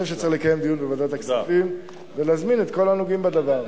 אני חושב שצריך לקיים דיון בוועדת הכספים ולהזמין את כל הנוגעים בדבר.